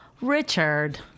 Richard